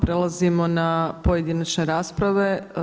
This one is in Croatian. Prelazimo na pojedinačne rasprave.